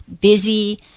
busy